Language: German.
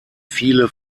viele